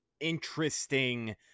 interesting